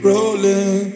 Rolling